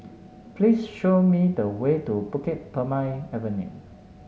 please show me the way to Bukit Purmei Avenue